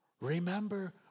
Remember